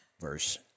verse